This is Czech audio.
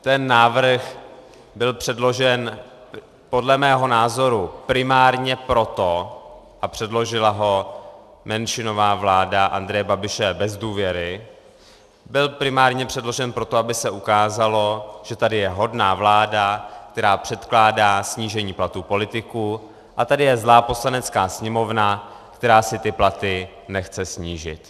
Ten návrh byl předložen podle mého názoru primárně proto a předložila ho menšinová vláda Andreje Babiše bez důvěry aby se ukázalo, že tady je hodná vláda, která předkládá snížení platů politiků, a tady je zlá Poslanecká sněmovna, která si ty platy nechce snížit.